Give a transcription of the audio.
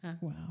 Wow